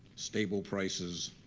stable prices,